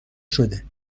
شده